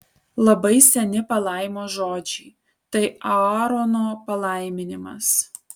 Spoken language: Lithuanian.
labai seni palaimos žodžiai tai aarono palaiminimas